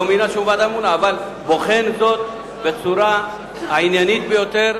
אבל בוחן זאת בצורה העניינית ביותר.